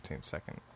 second